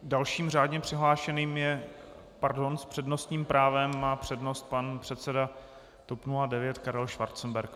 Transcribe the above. Dalším řádně přihlášeným je pardon, s přednostním právem má přednost pan předseda TOP 09 Karel Schwarzenberg.